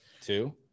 two